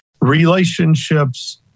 Relationships